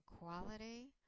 quality